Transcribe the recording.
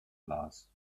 las